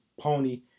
pony